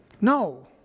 No